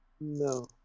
no